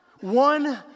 One